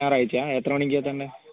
ഞായറാഴ്ചയാണോ എത്ര മണിക്കാണ് എത്തേണ്ടത്